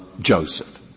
Joseph